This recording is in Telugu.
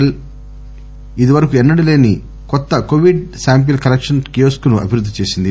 ఎల్ ఇది వరకు ఎన్సడూ లేని కొత్త కోవిడ్ శాంపిల్ కలెక్షన్ కియోస్క్ ను అభివృద్ది చేసింది